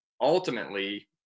ultimately